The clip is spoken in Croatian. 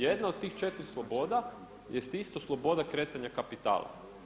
Jedna od tih četiri sloboda jest isto sloboda kretanja kapitala.